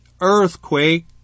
earthquake